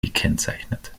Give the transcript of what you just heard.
gekennzeichnet